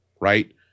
right